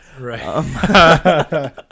Right